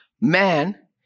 Man